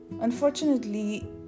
unfortunately